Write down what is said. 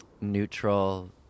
neutral